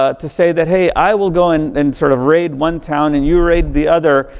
ah to say that, hey, i will go and and sort of raid one town, and you raid the other.